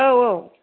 औ औ